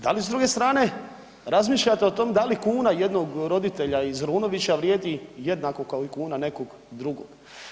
Da li s druge strane razmišljate o tom da li kuna jednog roditelja iz Runovića vrijedi jednako kao i kuna nekog drugog?